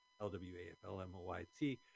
L-W-A-F-L-M-O-Y-T